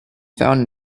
found